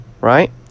right